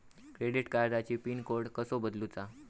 Credit कार्डची pin code कसो बदलुचा?